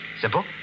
Simple